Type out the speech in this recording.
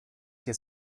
que